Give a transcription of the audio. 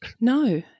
No